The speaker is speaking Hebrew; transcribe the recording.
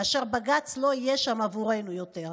כאשר בג"ץ לא יהיה שם עבורנו יותר,